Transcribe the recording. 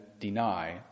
deny